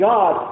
God